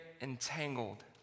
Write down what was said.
entangled